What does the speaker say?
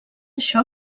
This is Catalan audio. això